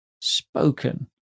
spoken